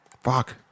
fuck